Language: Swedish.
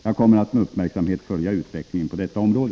Jag kommer att med uppmärksamhet följa utvecklingen på detta område.